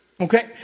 Okay